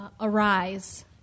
arise